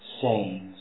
sayings